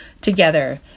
together